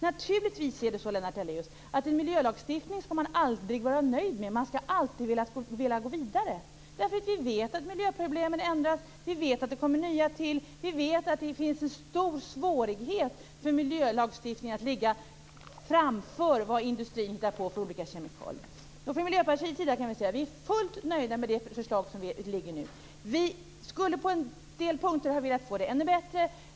Naturligtvis är det så, Lennart Daléus, att man aldrig skall vara nöjd med en miljölagstiftning. Man skall alltid vilja gå vidare. Vi vet ju att miljöproblemen ändras. Vi vet att det kommer nya till. Vi vet att det finns en stor svårighet för miljölagstiftningen att ligga framför vad industrin hittar på för olika kemikalier. Från Miljöpartiets sida är vi fullt nöjda med det förslag som nu föreligger. Vi skulle på en del punkter ha velat få det ännu bättre.